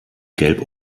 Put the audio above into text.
gelb